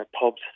pubs